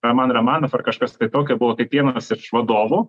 aman ramanas ar kažkas tai tokio buvo kaip vienas iš vadovų